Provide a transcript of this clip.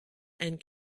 and